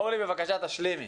אורלי בבקשה תשלימי.